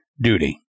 duty